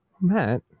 Matt